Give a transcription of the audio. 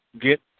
get